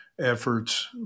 efforts